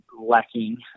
lacking